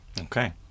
okay